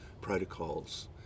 protocols